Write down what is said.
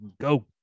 go